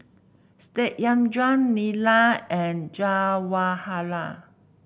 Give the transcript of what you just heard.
Satyendra Neelam and Jawaharlal